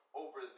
over